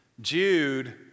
Jude